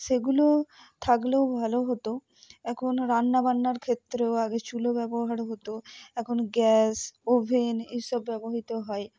সেগুলো থাকলেও ভালো হতো এখন রান্নাবান্নার ক্ষেত্রেও আগে চুলো ব্যবহার হতো এখন গ্যাস ওভেন এসব ব্যবহৃত হয়